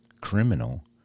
criminal